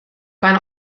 bijna